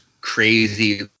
crazy